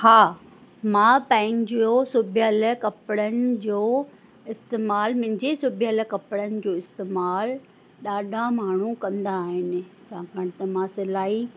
हा मां पंहिंजो सिबियलु कपिड़नि जो इस्तेमालु मुंहिंजे सिबियलु कपिड़नि जो इस्तेमालु ॾाढा माण्हू कंदा आहिनि छाकाणि त मां सिलाई